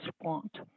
want